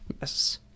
Yes